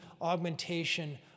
augmentation